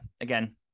again